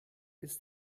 ist